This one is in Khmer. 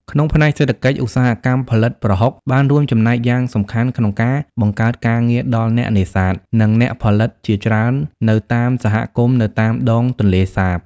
ក្នុងផ្នែកសេដ្ឋកិច្ច ឧស្សាហកម្មផលិតប្រហុកបានរួមចំណែកយ៉ាងសំខាន់ក្នុងការ បង្កើតការងារ ដល់អ្នកនេសាទ និងអ្នកផលិតជាច្រើននៅតាមសហគមន៍នៅតាមដងទន្លេសាប។